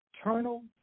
eternal